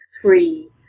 three